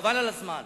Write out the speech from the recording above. חבל על הזמן.